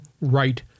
right